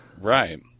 Right